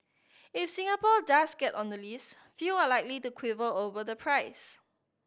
if Singapore does get on the list few are likely to quibble over the price